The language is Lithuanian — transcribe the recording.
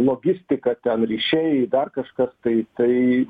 logistika ten ryšiai dar kažkas tai tai